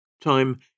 Time